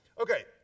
okay